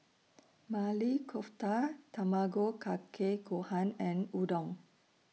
Maili Kofta Tamago Kake Gohan and Udon